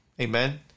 Amen